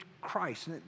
Christ